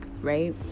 right